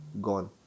gone